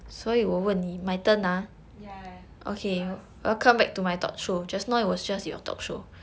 ya you ask